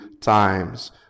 times